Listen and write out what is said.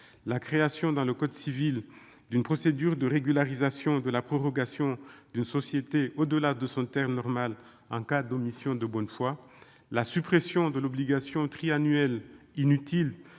; création dans le code civil d'une procédure de régularisation de la prorogation d'une société au-delà de son terme normal en cas d'omission de bonne foi ; suppression de l'obligation trisannuelle de